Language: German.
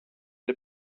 der